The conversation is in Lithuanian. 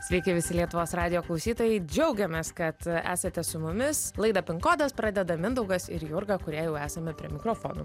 sveiki visi lietuvos radijo klausytojai džiaugiamės kad esate su mumis laidą pin kodas pradeda mindaugas ir jurga kurie jau esame prie mikrofonų